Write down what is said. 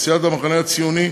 לסיעת המחנה הציוני,